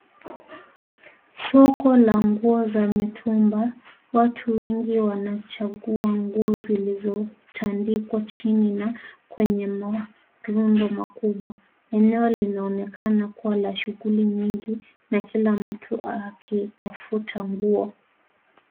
Soko la nguo za mitumba, watu wengi wanachagua nguo zilizotandikwa chini kwenye marundo makubwa. Eneo linaonekana kuwa na shuguli nyingi na kila mtu akitafuta nguo.